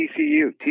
TCU